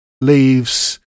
leaves